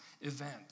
event